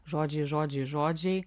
žodžiai žodžiai žodžiai